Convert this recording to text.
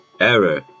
Error